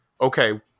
Okay